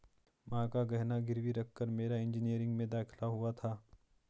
मां का गहना गिरवी रखकर मेरा इंजीनियरिंग में दाखिला हुआ था